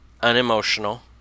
unemotional